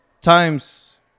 times